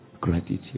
Gratitude